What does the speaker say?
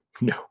no